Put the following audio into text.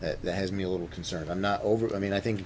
that that has me a little concerned i'm not over i mean i think